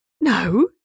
No